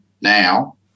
now